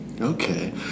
Okay